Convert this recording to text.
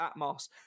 Atmos